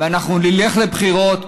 ואנחנו נלך לבחירות.